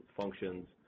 functions